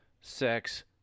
sex